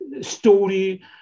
story